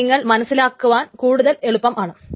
ഇത് നിങ്ങൾക്ക് മനസ്സിലാക്കുവാൻ കൂടുതൽ എളുപ്പമാണ്